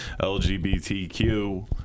LGBTQ